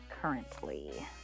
currently